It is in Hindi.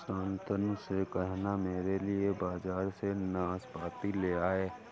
शांतनु से कहना मेरे लिए बाजार से नाशपाती ले आए